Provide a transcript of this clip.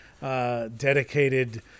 Dedicated